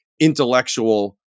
intellectual